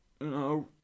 no